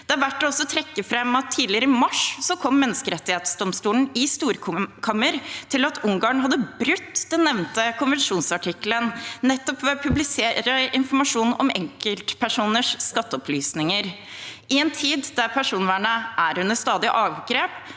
Det er verdt å trekke fram at tidligere i mars kom menneskerettsdomstolen i storkammer til at Ungarn hadde brutt den nevnte konvensjonsartikkelen, nettopp ved å publisere informasjon om enkeltpersoners skatteopplysninger. I en tid der personvernet er under stadig angrep,